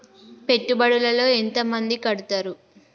పెట్టుబడుల లో ఎంత మంది కడుతరు?